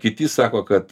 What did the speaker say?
kiti sako kad